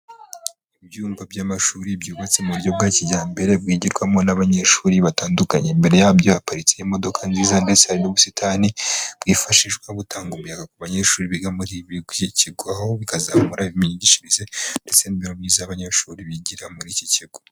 Ibyumba by'amashuri byubatse mu buryo bwa kijyambere bwigikwamo n'abanyeshuri batandukanye, imbere yabyo haparitse imodoka nziza ndetse hari n'ubusitani bwifashishwa gutanga umuyaga ku banyeshuri biga muri iki kigo bikazamura imyigishirize ndetse n'imibereho myiza y'abanyeshuri bigira muri iki kigo.